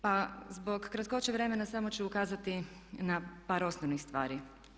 Pa zbog kratkoće vremena samo ću ukazati na par osnovnih stvari.